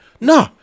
No